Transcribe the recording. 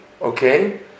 okay